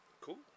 Cool